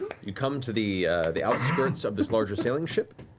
you come to the the outskirts of this larger sailing ship,